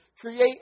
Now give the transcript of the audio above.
create